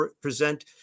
present